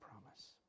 promise